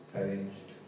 arranged